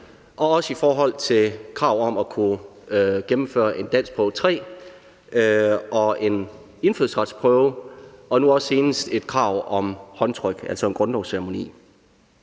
og også i forhold til krav om at kunne gennemføre en danskprøve 3 og en indfødsretsprøve og nu også senest et krav om håndtryk, altså en grundlovsceremoni.